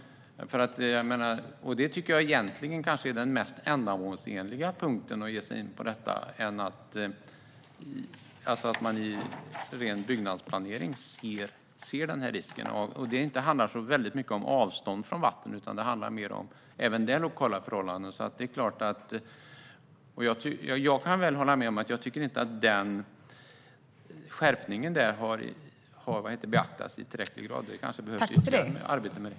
Det tycker jag egentligen kanske är det mest ändamålsenliga sättet att ge sig på detta, alltså att man i ren byggnadsplanering ser denna risk. Det handlar inte så väldigt mycket om avstånd från vatten, utan det är även där lokala förhållanden. Jag kan väl hålla med om att jag inte tycker att skärpningen har beaktats i tillräcklig grad. Det kanske behövs ytterligare arbete med det.